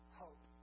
hope